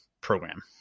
program